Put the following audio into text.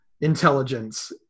intelligence